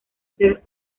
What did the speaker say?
der